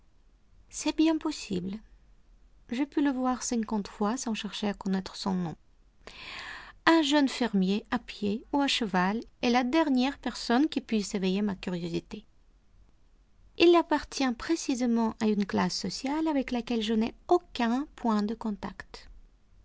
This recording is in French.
c'est bien possible j'ai pu le voir cinquante fois sans chercher à connaître son nom un jeune fermier à pied ou à cheval est la dernière personne qui puisse éveiller ma curiosité il appartient précisément à une classe sociale avec laquelle je n'ai aucun point de contact